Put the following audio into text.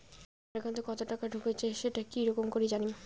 আমার একাউন্টে কতো টাকা ঢুকেছে সেটা কি রকম করি জানিম?